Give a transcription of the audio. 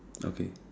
okay